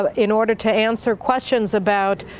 um in order to answer questions about